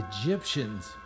Egyptians